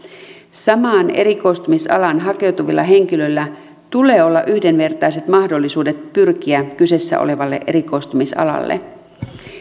samaan erikoistumisalaan hakeutuvilla henkilöillä tulee olla yhdenvertaiset mahdollisuudet pyrkiä kyseessä olevalle erikoistumisalalle